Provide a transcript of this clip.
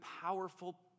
powerful